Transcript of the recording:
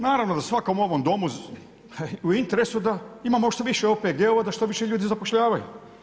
Naravno da je svakom u ovom domu u interesu da imamo što više OPG-ova da se što više ljudi zapošljavaju.